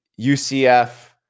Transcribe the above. UCF